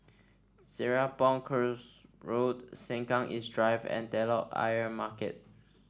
Serapong Course Road Sengkang East Drive and Telok Ayer Market